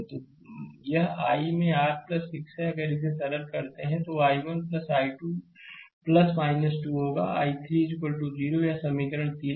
तो यह I में r 6 है अगर इसे सरल करते हैं तो यह I1 I2 2 होगा I3 0 यह समीकरण 3 है